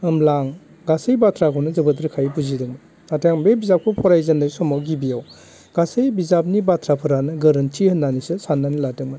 होनब्ला आं गासै बाथ्राखौनो जोबोद रोखायै बुजिदोंमोन नाथाय आं बे बिजाबखौ फरायजेननाय समाव गिबियाव गासै बिजाबनि बाथ्राफोरा गोरोन्थि होननानैसो साननानै लादोंमोन